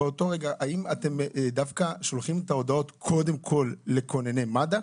האם אתם דווקא שולחים את ההודעות קודם כל לכונני מד"א?